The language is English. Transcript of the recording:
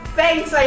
Thanks